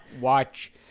watch